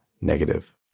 negative